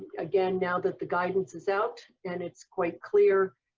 again, now that the guidance is out and it's quite clear,